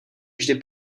vždy